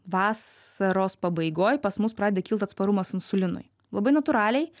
vasaros pabaigoj pas mus pradeda kilt atsparumas insulinui labai natūraliai